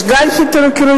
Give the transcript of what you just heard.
יש גל התייקרויות,